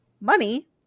money